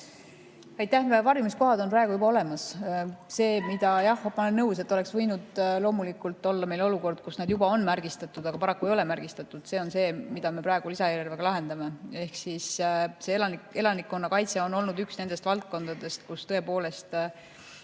Aitäh! Varjumiskohad on praegu juba olemas. Jah, ma olen nõus, et oleks võinud loomulikult olla olukord, kus nad juba on märgistatud, aga paraku ei ole märgistatud. See on see, mida me praegu lisaeelarvega lahendame. Elanikkonnakaitse on olnud üks nendest valdkondadest, mille puhul tõepoolest